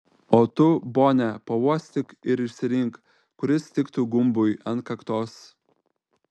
o tu bone pauostyk ir išsirink kuris tiktų gumbui ant kaktos